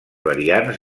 variants